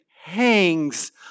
hangs